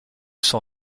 son